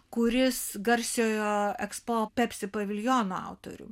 kuris garsiojo ekspo pepsi paviljono autorium